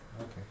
Okay